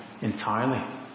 entirely